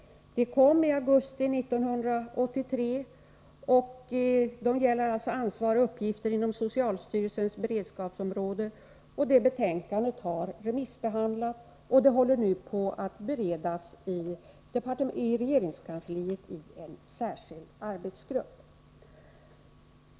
Den kom i augusti 1983 och gäller ansvar och uppgifter inom socialstyrelsens beredskapsområde. Detta betänkande har remissbehandlats och håller nu på att beredas i regeringskansliet i en särskild arbetsgrupp.